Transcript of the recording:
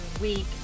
week